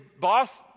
boss